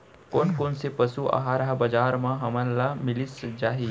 कोन कोन से पसु आहार ह बजार म हमन ल मिलिस जाही?